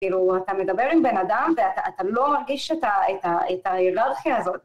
כאילו, אתה מדבר עם בן אדם ואתה לא מרגיש את ההיררכיה הזאת.